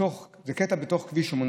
כביש 80